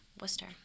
Worcester